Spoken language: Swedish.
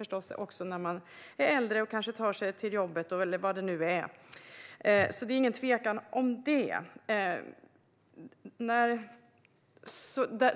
Men det kan det också göra för någon som är äldre och ska ta sig till jobbet eller vad det kan vara. Det är ingen tvekan om det.